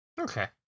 Okay